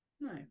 no